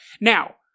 Now